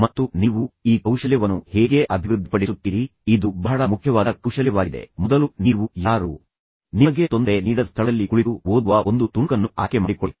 ಮತ್ತು ನೀವು ಈ ಕೌಶಲ್ಯವನ್ನು ಹೇಗೆ ಅಭಿವೃದ್ಧಿಪಡಿಸುತ್ತೀರಿ ಇದು ಬಹಳ ಮುಖ್ಯವಾದ ಕೌಶಲ್ಯವಾಗಿದೆ ಮೊದಲು ನೀವು ಯಾರೂ ನಿಮಗೆ ತೊಂದರೆ ನೀಡದ ಸ್ಥಳದಲ್ಲಿ ಕುಳಿತು ಓದುವ ಒಂದು ತುಣುಕನ್ನು ಆಯ್ಕೆ ಮಾಡಿಕೊಳ್ಳಿ